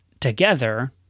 together